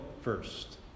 first